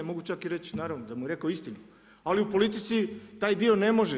Mogu čak i reći naravno da mu je rekao istinu, ali u politici taj dio ne može.